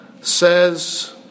Says